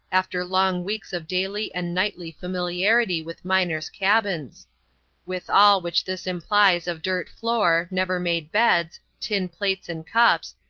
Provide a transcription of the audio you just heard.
after long weeks of daily and nightly familiarity with miners' cabins with all which this implies of dirt floor, never-made beds, tin plates and cups,